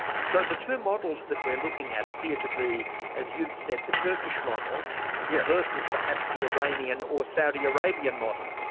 so the two models that we're looking at appear to be as you've said, the turkish model yeah versus perhaps the iranian or saudi arabian model?